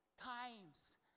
times